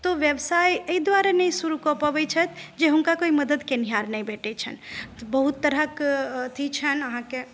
तऽ व्यवसाय एहि दुआरे शुरु नहि कऽ पबै छथि जे हुनका कोई मदद केनिहार नहि भेटै छनि तऽ बहुत तरहक अथी छनि अहाँकेँ